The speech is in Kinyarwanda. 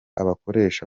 abakoresha